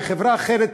וחברה אחרת,